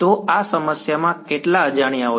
તો આ સમસ્યામાં કેટલા અજાણ્યા છે